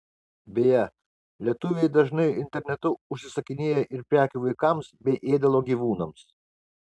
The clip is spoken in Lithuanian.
beje lietuviai dažnai internetu užsisakinėja ir prekių vaikams bei ėdalo gyvūnams